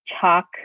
chalk